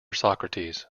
socrates